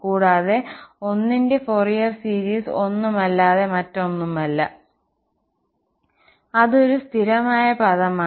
കൂടാതെ 1 ന്റെ Fourier series ഒന്നുമല്ലാതെ മറ്റൊന്നുമല്ല അത് ഒരു സ്ഥിരമായ പദം ആണ്